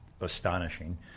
astonishing